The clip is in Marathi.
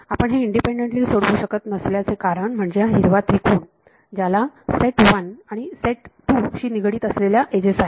आपण हे इंडिपेंडंटली मी सोडवू शकत नसल्याचे कारण म्हणजे हा हिरवा त्रिकोण ज्याला सेट 1 आणि सेट 2 शी निगडीत असलेल्या एजेस आहेत